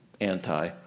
anti